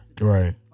right